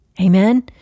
Amen